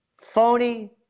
Phony